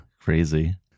crazy